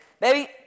Baby